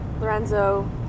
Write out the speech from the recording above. Lorenzo